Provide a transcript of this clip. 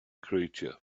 creature